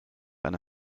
eine